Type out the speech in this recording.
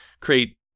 create